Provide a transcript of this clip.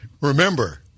remember